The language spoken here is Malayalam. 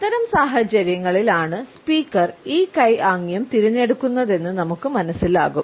അത്തരം സാഹചര്യങ്ങളിൽ ആണ് സ്പീക്കർ ഈ കൈ ആംഗ്യം തിരഞ്ഞെടുക്കുന്നതെന്ന് നമുക്ക് മനസ്സിലാകും